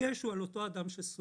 כשהדגש הוא על האדם הסובל.